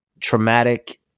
traumatic